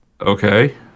Okay